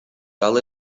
дал